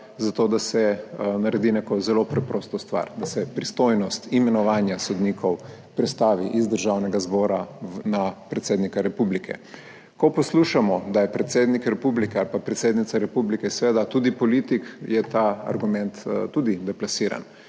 za to, da se naredi neko zelo preprosto stvar – da se pristojnost imenovanja sodnikov prestavi z Državnega zbora na predsednika republike. Ko poslušamo, da je predsednik republike ali pa predsednica republike seveda tudi politik, je ta argument tudi deplasiran.